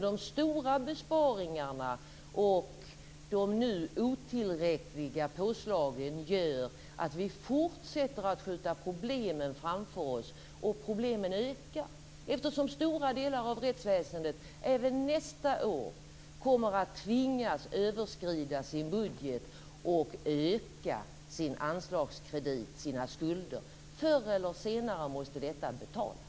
De stora besparingarna och de nu otillräckliga påslagen gör att vi fortsätter att skjuta problemen framför oss. Problemen ökar, eftersom stora delar av rättsväsendet även nästa år kommer att tvingas överskrida sin budget och öka sin anslagskredit och sina skulder. Förr eller senare måste detta betalas.